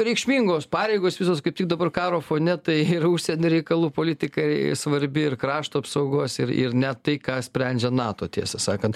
reikšmingos pareigos visos kaip tik dabar karo fone tai yra užsienio reikalų politika i svarbi ir krašto apsaugos ir ir net tai ką sprendžia nato tiesą sakant